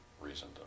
reason